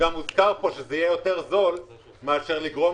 הוזכר פה גם שזה יהיה יותר זול מאשר לגרום